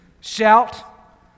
shout